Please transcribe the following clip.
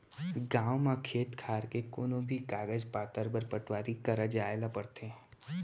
गॉंव म खेत खार के कोनों भी कागज पातर बर पटवारी करा जाए ल परथे